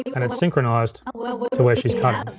and it's synchronized to where she's cutting.